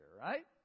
right